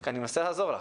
אני מנסה לעזור לך,